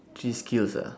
three skills ah